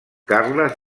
carles